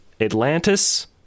Atlantis